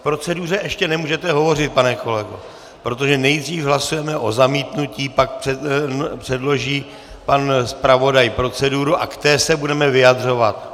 K proceduře ještě nemůžete hovořit, pane kolego, protože nejdřív hlasujeme o zamítnutí, pak předloží pan zpravodaj proceduru a k té se budeme vyjadřovat.